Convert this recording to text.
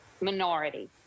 minority